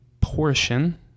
portion